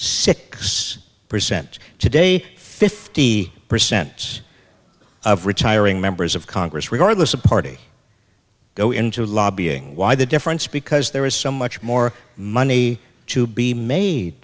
six percent today fifty percent of retiring members of congress regardless of party go into lobbying why the difference because there is so much more money to be made